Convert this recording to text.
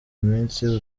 minsi